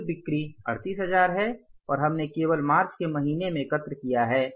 कुल बिक्री 38000 है और हमने केवल मार्च के महीने में एकत्र किया है